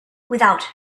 without